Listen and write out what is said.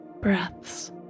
breaths